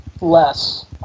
less